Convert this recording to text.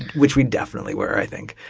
which we definitely were, i think.